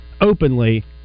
openly